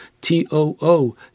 T-O-O